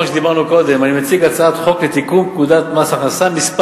הצעת חוק לתיקון פקודת מס הכנסה (מס'